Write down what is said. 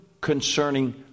concerning